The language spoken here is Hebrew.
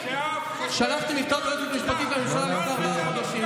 חתום עליה היועץ המשפטי לממשלה אביחי מנדלבליט.